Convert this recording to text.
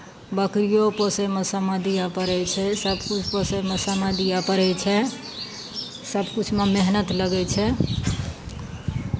बकरिओ पोसयमे समय दिअ पड़ै छै सभकिछु पोसयमे समय दिअ पड़ै छै सभकिछुमे मेहनत लगै छै